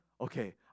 okay